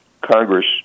Congress